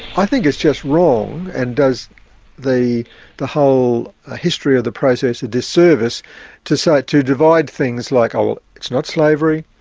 i think it's just wrong and does the the whole history of the process a disservice to so to divide things like it's not slavery,